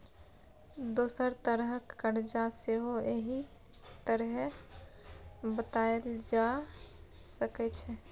दोसर तरहक करजा सेहो एहि तरहें बताएल जा सकै छै